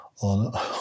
on